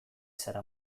zara